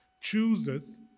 chooses